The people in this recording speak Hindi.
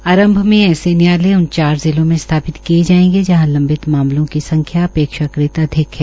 आरंभ में ऐसे न्यायालय उन चार जिलों में स्थापित किये जाएंगे जहां लम्बित मामलों की संख्या अपेक्षाक़त अधिक है